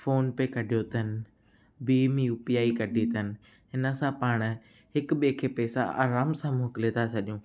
phone पे कढियो अथनि भीम यू पी आई कढी अथनि हिन सां पाण हिकु ॿिए खे पैसा आराम सां मोकिले था छॾियूं